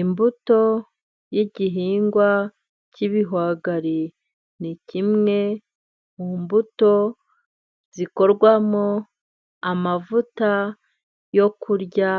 Imbuto y' igihingwa cy'ibihwagari ,ni kimwe mu mbuto zikorwamo amavuta yo kurya